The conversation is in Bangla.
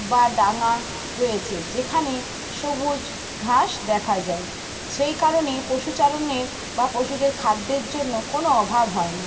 বা ডাঙ্গা রয়েছে যেখানে সবুজ ঘাস দেখা যায় সেই কারণে পশুচারণের বা পশুদের খাদ্যের জন্য কোনো অভাব হয় না